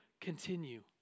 continue